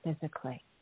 physically